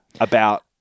about-